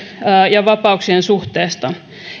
ja vapauksien suhteesta